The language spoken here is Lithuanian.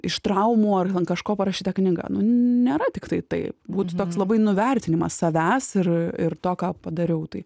iš traumų ar an kažko parašyta knygą nu nėra tiktai tai būtų toks labai nuvertinimas savęs ir ir to ką padariau tai